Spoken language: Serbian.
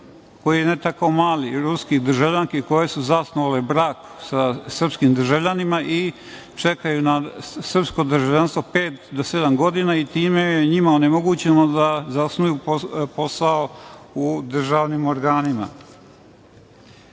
koji je ne tako mali, ruskih državljanki koje su zasnovale brak sa srpskim državljanima i čekaju na srpsko državljanstvo pet do sedam godina i time je njima onemogućeno da zasnuju posao u državnim organima. Imao